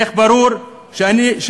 אך ברור שהאי-שוויון,